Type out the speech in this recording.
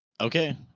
Okay